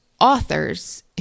authors